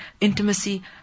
intimacy